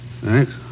Thanks